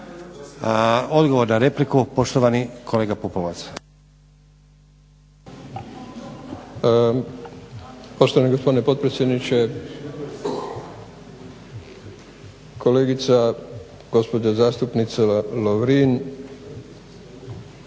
Odgovor na repliku poštovani kolega Pupovac.